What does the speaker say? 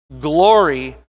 Glory